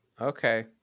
Okay